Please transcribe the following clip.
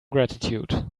gratitude